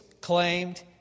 claimed